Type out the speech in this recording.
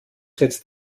jetzt